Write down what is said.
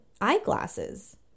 eyeglasses